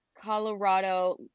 Colorado